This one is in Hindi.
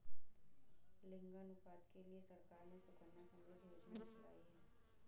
लिंगानुपात के लिए सरकार ने सुकन्या समृद्धि योजना चलाई है